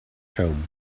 home